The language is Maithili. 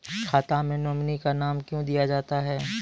खाता मे नोमिनी का नाम क्यो दिया जाता हैं?